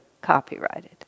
copyrighted